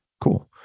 cool